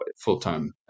full-time